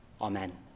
amen